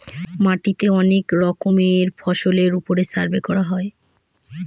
মাটিতে অনেক রকমের ফসলের ওপর সার্ভে করা হয়